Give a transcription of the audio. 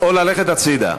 ללכת הצדה.